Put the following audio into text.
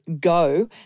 go